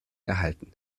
erhalten